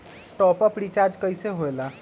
Top up recharge कइसे होएला?